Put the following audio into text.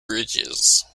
bridges